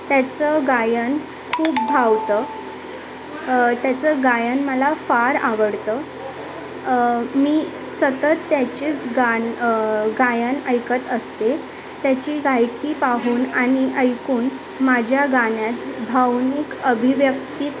त्याचं गायन खूप भावतं त्याचं गायन मला फार आवडतं मी सतत त्याचेच गाणं गायन ऐकत असते त्याची गायकी पाहून आणि ऐकून माझ्या गाण्यात भावनिक अभिव्यक्तीत